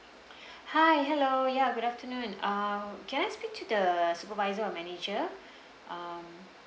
hi hello ya good afternoon uh can I speak to the supervisor or manager um